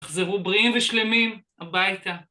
‫תחזרו בריאים ושלמים, הביתה.